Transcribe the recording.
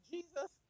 Jesus